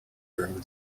during